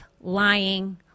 lying